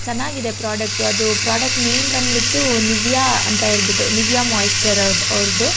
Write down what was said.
ಚೆನ್ನಾಗಿದೆ ಪ್ರಾಡಕ್ಟು ಅದು product name ಬಂದ್ಬಿಟ್ಟು ನಿವಿಯಾ ಅಂತ ಹೇಳ್ಬಿಟ್ಟು ನಿವಿಯಾ ಮಾಯಿಶ್ಚರವ್ರ್ದು ಅವ್ರದ್ದು